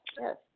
yes